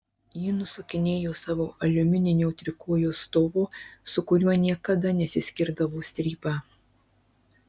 ji nusukinėjo savo aliumininio trikojo stovo su kuriuo niekada nesiskirdavo strypą